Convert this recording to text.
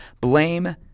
blame